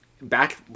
back